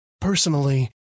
Personally